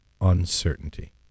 Uncertainty